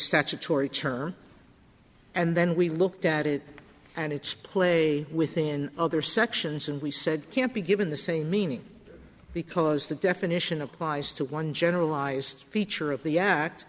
statutory term and then we looked at it and it's play within other sections and we said can't be given the same meaning because the definition applies to one generalized feature of the act